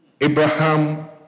Abraham